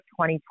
2020